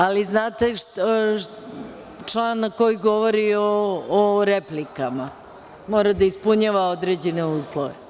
Ali znate, član koji govori o replikama mora da ispunjava određene uslove.